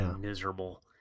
miserable